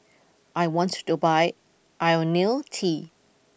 I want to buy Ionil T